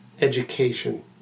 education